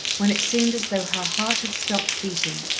when it seemed as though her heart had stopped beating,